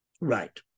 right